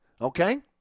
okay